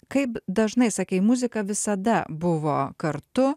kaip dažnai sakei muzika visada buvo kartu